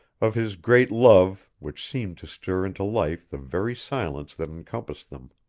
of his great love which seemed to stir into life the very silence that encompassed them.